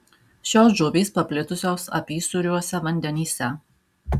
šios žuvys paplitusios apysūriuose vandenyse